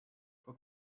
for